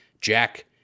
Jack